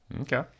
Okay